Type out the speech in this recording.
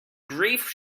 grief